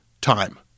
time